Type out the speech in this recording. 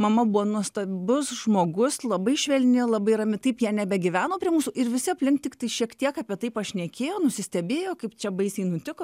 mama buvo nuostabus žmogus labai švelni labai rami taip jie nebegyveno prie mūsų ir visi aplink tiktai šiek tiek apie tai pašnekėjo nusistebėjo kaip čia baisiai nutiko